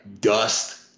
dust